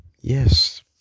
yes